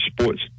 sports